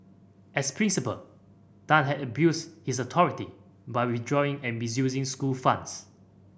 as principal Tan had abused his authority by withdrawing and misusing school funds